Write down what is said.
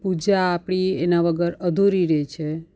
પૂજા આપણી એનાં વગર અધૂરી રહે છે